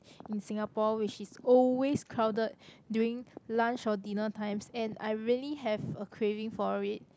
in Singapore which is always crowded during lunch or dinner times and I really have a craving for it